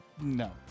No